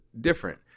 different